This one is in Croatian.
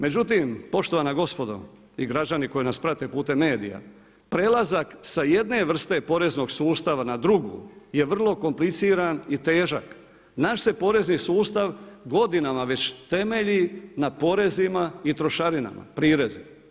Međutim, poštovana gospodo i građani koji nas prate putem medija prelazak sa jedne vrste poreznog sustava na drugu je vrlo kompliciran i težak, naš se porezni sustav godinama već temelji na porezima i trošarinama, prirezi.